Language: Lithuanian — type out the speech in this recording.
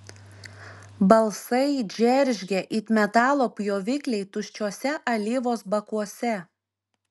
balsai džeržgė it metalo pjovikliai tuščiuose alyvos bakuose